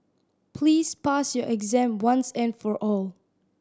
please pass your exam once and for all